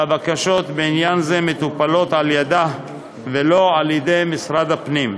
והבקשות בעניין זה מטופלות על-ידה ולא על-ידי משרד הפנים.